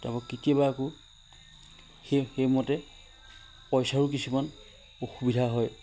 তাপা কেতিয়াবা আকৌ সেই সেইমতে পইচাৰো কিছুমান অসুবিধা হয়